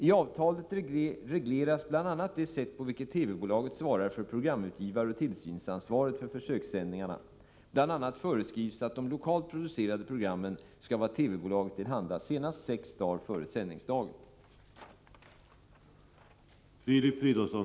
I avtalet regleras bl.a. det sätt på vilket TV-bolaget svarar för programutgivaroch tillsynsansvaret för försökssändningarna. Bl. a. föreskrivs att de lokalt producerade programmen skall vara TV-bolaget till handa senast sex dagar före sändningsdagen.